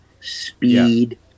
speed